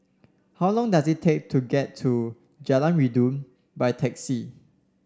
how long does it take to get to Jalan Rindu by taxi